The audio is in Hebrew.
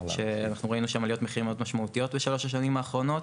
שאנחנו ראינו שם עליות מחירים משמעותיות בשלוש השנים האחרונות.